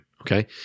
okay